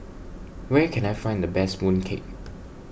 where can I find the best Mooncake